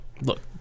look